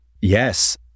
Yes